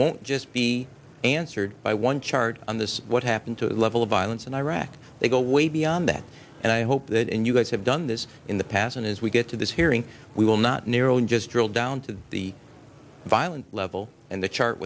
won't just be answered by one chart on this what happened to the level of violence in iraq they go way beyond that and i hope that and you guys have done this in the past and as we get to this hearing we will not narrowing just drill down to the violence level and the chart